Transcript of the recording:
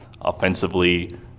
offensively